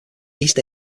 east